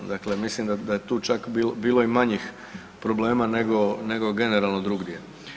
Dakle mislim da je tu čak bilo i manjih problema nego generalno drugdje.